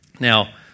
Now